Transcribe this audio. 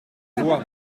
voix